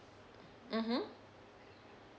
mmhmm